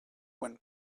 when